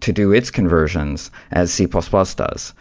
to do its conversions as c plus plus does,